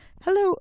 hello